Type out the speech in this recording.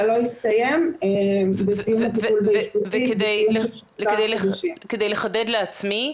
לא הסתיים ובסיום הטיפול באשפוזית --- כדי לחדד לעצמי,